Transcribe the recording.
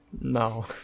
No